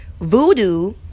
Voodoo